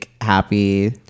happy